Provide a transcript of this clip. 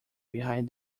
behind